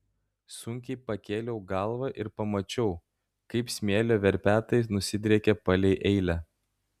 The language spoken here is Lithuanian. sunkiai pakėliau galvą ir pamačiau kaip smėlio verpetai nusidriekė palei eilę